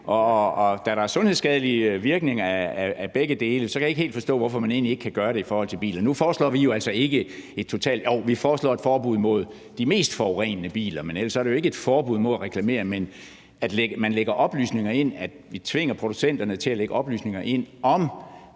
sige, og da der er sundhedsskadelige virkninger ved begge dele, kan jeg ikke helt forstå, hvorfor man egentlig ikke kan gøre det i forhold til biler. Nu foreslår vi jo et forbud mod de mest forurenende biler, men det er jo ikke et forbud mod at reklamere; vi tvinger producenterne til at lægge oplysninger ind om